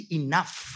enough